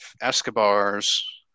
Escobar's